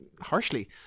harshly